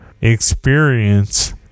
experience